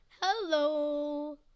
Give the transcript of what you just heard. Hello